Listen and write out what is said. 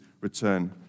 return